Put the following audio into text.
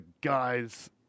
guys